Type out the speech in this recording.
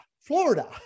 Florida